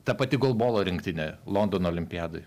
ta pati golbolo rinktinė londono olimpiadoj